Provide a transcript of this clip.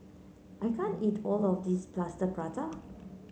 I can't eat all of this Plaster Prata